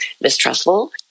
mistrustful